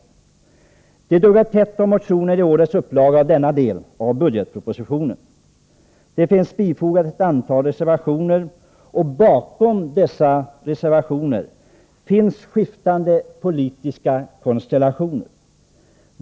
Det har duggat tätt med motioner till årets upplaga av budgetpropositionen i denna del. Ett antal reservationer har alltså fogats till betänkandet, och bakom dessa reservationer finns skiftande politiska konstellationer.